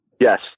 Yes